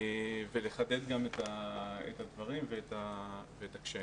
ואחדד את הדברים ואת הקשיים.